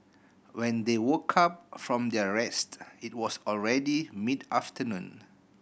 when they woke up from their rest it was already mid afternoon